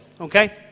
okay